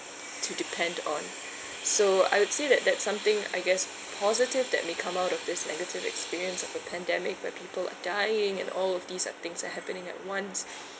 to depend on so I would say that that's something I guess positive that may come out of this negative experience of a pandemic where people are dying and all of these are things that happening at once